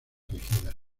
elegidas